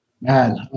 Man